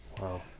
Wow